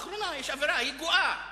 לאחרונה יש אווירה, היא גואה.